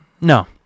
no